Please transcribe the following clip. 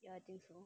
ya I think so